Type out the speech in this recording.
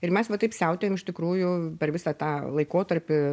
ir mes va taip siautėjom iš tikrųjų per visą tą laikotarpį